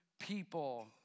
people